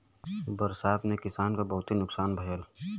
बरसात में किसान क बहुते नुकसान भयल